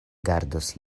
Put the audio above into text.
gardos